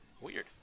Weird